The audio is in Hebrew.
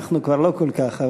אנחנו כבר לא כל כך.